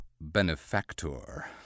benefactor